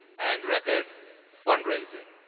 and record fundraising.